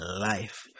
life